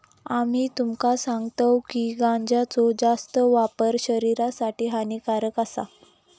आम्ही तुमका सांगतव की गांजाचो जास्त वापर शरीरासाठी हानिकारक आसा